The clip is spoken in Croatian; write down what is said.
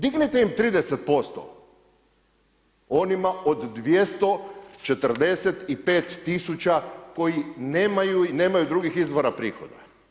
Dignite im 30% onima od 245 000 koji nemaju i nemaju drugih izvora prihoda.